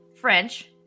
French